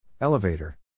Elevator